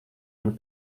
man